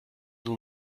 nur